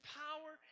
power